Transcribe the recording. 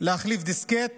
להחליף דיסקט